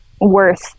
worth